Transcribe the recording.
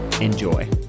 Enjoy